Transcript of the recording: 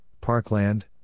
Parkland